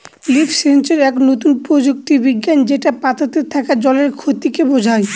leaf sensor এক নতুন প্রযুক্তি বিজ্ঞান যেটা পাতাতে থাকা জলের ক্ষতিকে বোঝায়